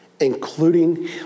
including